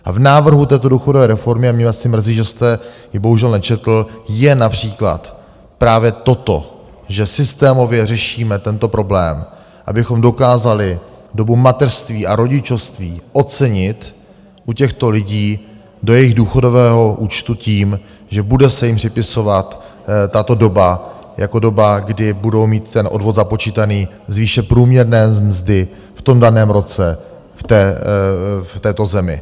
A v návrhu této důchodové reformy a mě mrzí, že jste ji bohužel nečetl je například právě toto, že systémově řešíme tento problém, abychom dokázali dobu mateřství a rodičovství ocenit u těchto lidí do jejich důchodového účtu tím, že se jim bude připisovat tato doba jako doba, kdy budou mít ten odvod započítaný z výše průměrné mzdy v tom daném roce v této zemi.